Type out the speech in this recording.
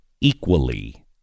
equally